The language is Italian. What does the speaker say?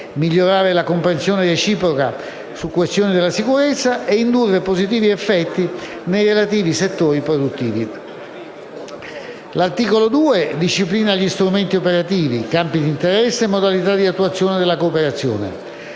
migliorare la comprensione reciproca su questioni della sicurezza e indurre positivi effetti nei relativi settori produttivi. L'articolo 2 disciplina gli strumenti operativi in campi di interesse e modalità di attuazione della cooperazione,